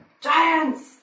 Giants